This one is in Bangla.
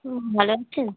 হুঁ ভালো আছেন